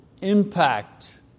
impact